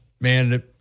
man